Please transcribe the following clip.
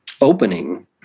opening